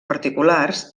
particulars